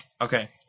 Okay